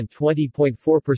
20.4%